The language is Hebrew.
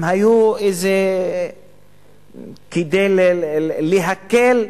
הם היו כדי להקל